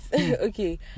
Okay